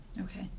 Okay